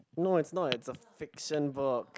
no it's not it's a fiction book